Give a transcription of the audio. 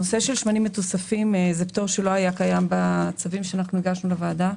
הנושא של שמנים ותוספים זה פטור שלא היה קיים בצווים שהגשנו לוועדה.